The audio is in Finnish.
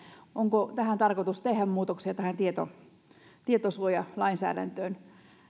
onko tarkoitus tehdä muutoksia tähän tietosuojalainsäädäntöön